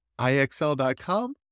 IXL.com